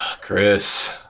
chris